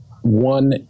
one